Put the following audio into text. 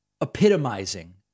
Epitomizing